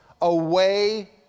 away